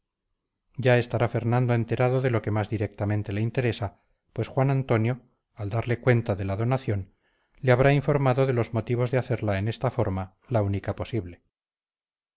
ya estará fernando enterado de lo que más directamente le interesa pues juan antonio al darle cuenta de la donación le habrá informado de los motivos de hacerla en esta forma la única posible